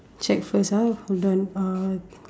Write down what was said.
check first ah hold on uh